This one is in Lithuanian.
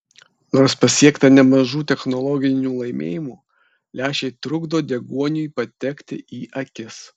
nors pasiekta nemažų technologinių laimėjimų lęšiai trukdo deguoniui patekti į akis